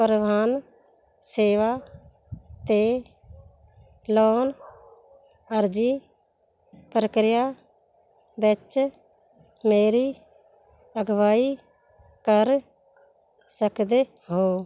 ਪ੍ਰਵਾਨ ਸੇਵਾ 'ਤੇ ਲੋਨ ਅਰਜ਼ੀ ਪ੍ਰਕਿਰਿਆ ਵਿੱਚ ਮੇਰੀ ਅਗਵਾਈ ਕਰ ਸਕਦੇ ਹੋ